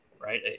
right